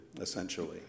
essentially